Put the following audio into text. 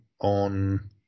on